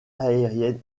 aérienne